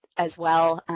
as well,